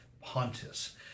pontus